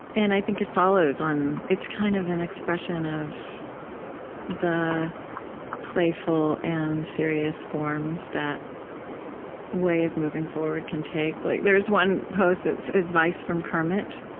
and i think it follows on it's kind of an expression of the playful and serious forms that way of moving forward can take. like there's one post that's advice from kermit.